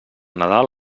nadal